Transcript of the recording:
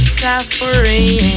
suffering